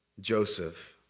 Joseph